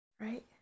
right